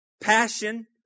passion